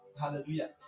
Hallelujah